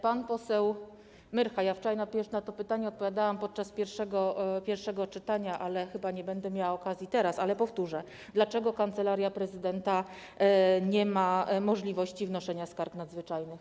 Pan poseł Myrcha pytał - wczoraj już na to pytanie odpowiadałam podczas pierwszego czytania, chyba nie będę miała okazji teraz, ale powtórzę - dlaczego Kancelaria Prezydenta nie ma możliwości wnoszenia skarg nadzwyczajnych.